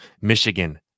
Michigan